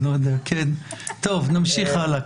נמשיך הלאה.